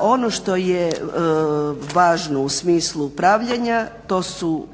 Ono što je važno u smislu upravljanja, to su